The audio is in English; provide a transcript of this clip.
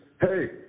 hey